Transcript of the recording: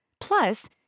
Plus